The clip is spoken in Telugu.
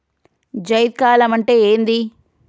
జైద్ కాలం అంటే ఏంది?